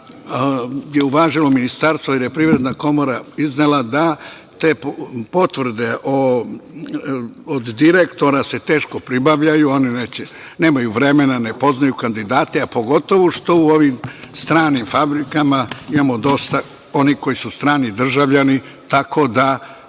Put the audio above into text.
je uvažilo ministarstvo, jer je Privredna komora iznela da te potvrde od direktora se teško pribavljaju, oni nemaju vremena, ne poznaju kandidate, a pogotovo što u ovim stranim fabrikama imamo dosta onih koji su strani državljani, tako da